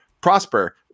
prosper